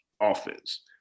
offense